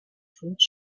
fonds